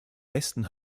westen